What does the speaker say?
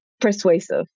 persuasive